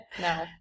no